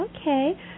Okay